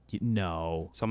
no